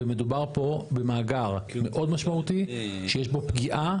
ומדובר פה במאגר מאוד משמעותי שיש בו פגיעה